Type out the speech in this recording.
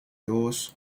dos